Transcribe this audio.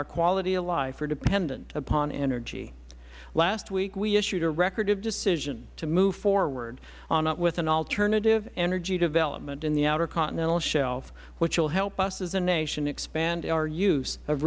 our quality of life are dependent upon energy last week we issued a record of decision to move forward with alternative energy development in the outer continental shelf which will help us as a nation expand our use of